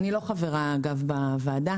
אני חברה בוועדת